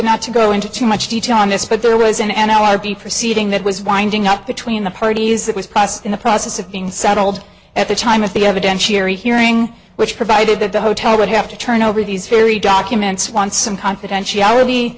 not to go into too much detail on this but there was an n l r b proceeding that was winding up between the parties that was passed in the process of being settled at the time of the evidentiary hearing which provided that the hotel would have to turn over these very documents once some confidentiality